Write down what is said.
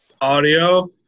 audio